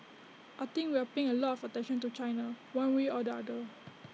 I think we are paying A lot of attention to China one way or the other